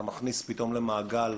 אתה מכניס פתאום למעגל